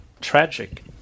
tragic